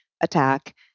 attack